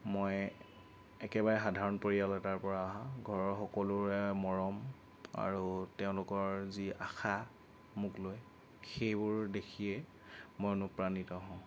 মই একেবাৰে সাধাৰণ পৰিয়াল এটাৰ পৰা অহা ঘৰৰ সকলোৰে মৰম আৰু তেওঁলোকৰ যি আশা মোকলৈ সেইবোৰ দেখিয়েই মই অনুপ্ৰাণিত হওঁ